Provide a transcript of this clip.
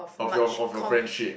of your of your friendship